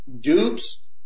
dupes